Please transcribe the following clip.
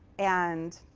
and